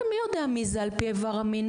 מי יודע מי זה על פי איבר המין,